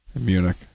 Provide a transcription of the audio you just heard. Munich